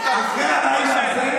הלילה הזה,